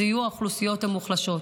אלה יהיו האוכלוסיות המוחלשות.